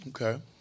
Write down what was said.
Okay